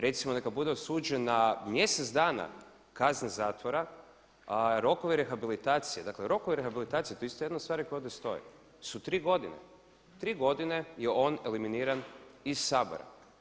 Recimo neka bude osuđen na mjesec dana kazne zatvora a rokovi rehabilitacije, dakle rokovi rehabilitacije to je isto jedna od stvari koja ovdje stoji su 3 godine, 3 godine je on eliminiran iz Sabora.